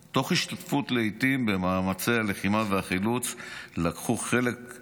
לעיתים תוך השתתפות במאמצי הלחימה והחילוץ,